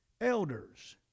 elders